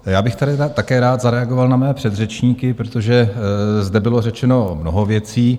Já bych tady také rád zareagoval na mé předřečníky, protože zde bylo řečeno mnoho věcí.